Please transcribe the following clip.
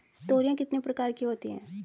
तोरियां कितने प्रकार की होती हैं?